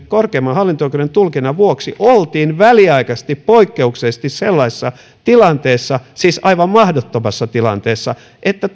korkeimman hallinto oikeuden tulkinnan vuoksi oltiin väliaikaisesti poikkeuksellisesti sellaisessa tilanteessa siis aivan mahdottomassa tilanteessa että